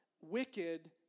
wicked